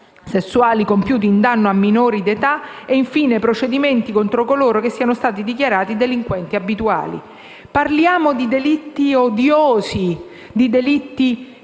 sessuali compiuti in danno a minori di età e infine per i procedimenti contro coloro che siano stati dichiarati delinquenti abituali. Parliamo di delitti odiosi, terribili,